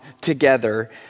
together